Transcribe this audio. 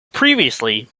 previously